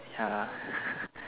ya lah